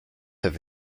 have